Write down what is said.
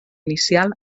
inicial